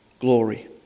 glory